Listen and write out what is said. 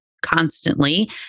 constantly